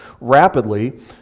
rapidly